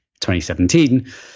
2017